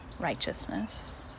righteousness